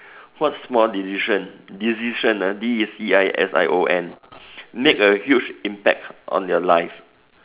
what small decision decision ah D E C I S I O N make a huge impact on your life